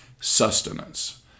sustenance